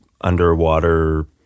underwater